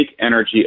energy